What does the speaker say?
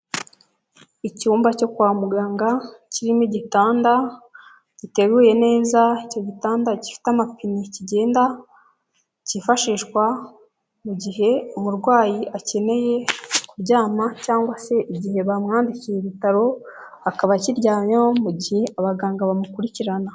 Icyumba cyo kwa muganga, kirimo igitanda giteguye neza, icyo gitanda gifite amapine kigenda cyifashishwa mu gihe umurwayi akeneye kuryama cyangwa se igihe bamwandikiye ibitaro, akaba akiryamyeho mu gihe abaganga bamukurikirana.